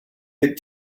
could